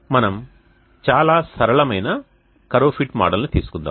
మనం చాలా సరళమైన కర్వ్ ఫిట్ మోడల్ని తీసుకుందాం